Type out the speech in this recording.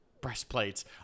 breastplates